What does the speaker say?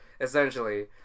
Essentially